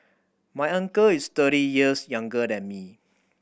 my uncle is thirty years younger than me